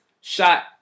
shot